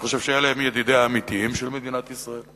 אני חושב שאלה הם ידידיה האמיתיים של מדינת ישראל.